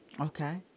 Okay